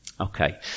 Okay